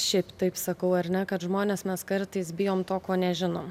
šiaip taip sakau ar ne kad žmonės mes kartais bijom to ko nežinom